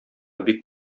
бик